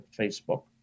Facebook